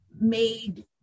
made